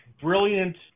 Brilliant